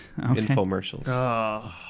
infomercials